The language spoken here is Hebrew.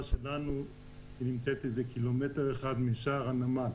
ביותר שלנו נמצאת קילומטר אחד משער הנמל.